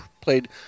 played